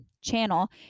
channel